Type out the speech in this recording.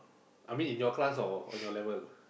I mean in your class or on your level